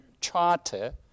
Charter